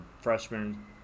freshman